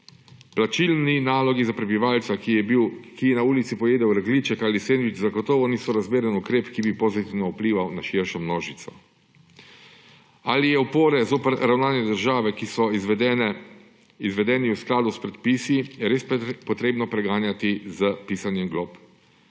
Plačilni nalog za prebivalca, ki je na ulici pojedel rogljiček ali sendvič, zagotovo ni sorazmeren ukrep, ki bi pozitivno vplival na širšo množico. Ali je upore zoper ravnanje države, ki so izvedeni v skladu s predpisi, res treba preganjati s pisanjem glob?